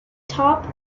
top